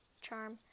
charm